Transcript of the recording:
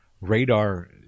radar